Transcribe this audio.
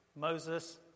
Moses